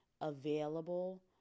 available